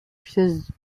pièce